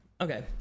Okay